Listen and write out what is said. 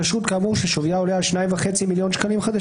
והם בעצמם ביקשו להגדיל את היקפי ההתקשרות ל-100 שקלים.